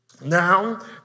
Now